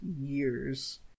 years